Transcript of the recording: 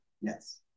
Yes